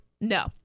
no